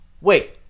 wait